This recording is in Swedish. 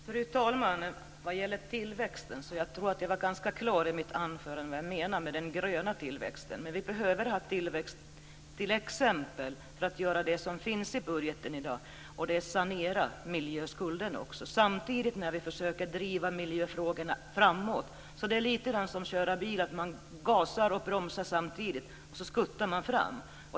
Fru talman! Vad gäller tillväxten tror jag att jag var ganska klar i mitt anförande med vad jag menar med den gröna tillväxten. Vi behöver ha tillväxt, t.ex. för att göra det som finns i budgeten i dag, och det är att sanera miljöskulderna samtidigt som vi försöker driva miljöfrågorna framåt. Det är lite grann som att köra bil, att man gasar och bromsar samtidigt och så skuttar man fram.